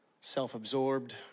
self-absorbed